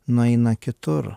nueina kitur